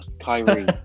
Kyrie